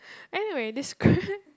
anyway describe